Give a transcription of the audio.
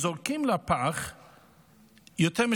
אין להם